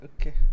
Okay